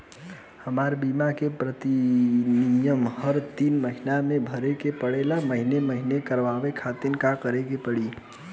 हमार बीमा के प्रीमियम हर तीन महिना में भरे के पड़ेला महीने महीने करवाए खातिर का करे के पड़ी?